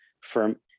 firm